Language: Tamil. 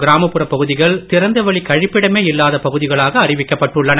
கிராமப்புற பகுதிகள் திறந்தவெளி கழிப்பிடமே இல்லாத பகுதிகளாக அறிவிக்கப்பட்டுள்ளன